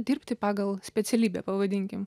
dirbti pagal specialybę pavadinkim